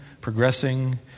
progressing